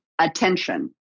attention